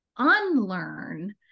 unlearn